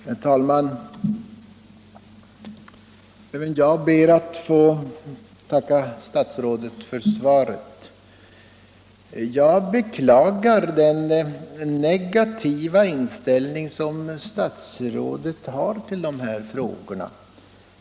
Herr talman! Även jag ber att få tacka statsrådet för svaret. Jag beklagar den negativa inställning som statsrådet har till dessa frågor.